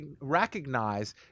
recognize